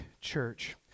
Church